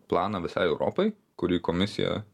planą visai europai kurį komisija